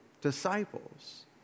disciples